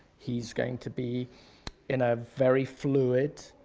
he's going to be in a very fluid,